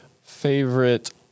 favorite